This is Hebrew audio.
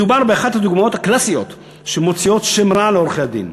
מדובר באחת הדוגמאות הקלאסיות שמוציאות שם רע לעורכי-הדין.